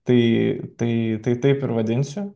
tai tai tai taip ir vadinsiu